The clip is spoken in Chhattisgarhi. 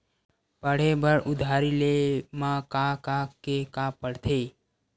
पढ़े बर उधारी ले मा का का के का पढ़ते?